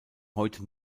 heute